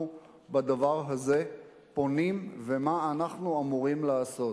בדבר הזה פונים ומה אנחנו אמורים לעשות.